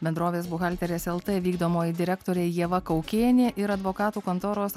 bendrovės buhalterės lt vykdomoji direktorė ieva kaukienė ir advokatų kontoros